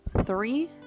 three